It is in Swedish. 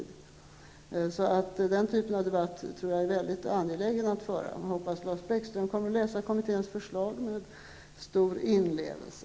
Denna typ av debatt är således mycket angelägen att föra. Jag hoppas att Lars Bäckström kommer att läsa kommitténs förslag med stor inlevelse.